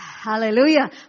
Hallelujah